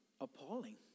appalling